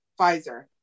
Pfizer